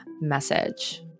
message